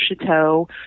Chateau